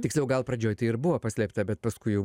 tiksliau gal pradžioj tai ir buvo paslėpta bet paskui jau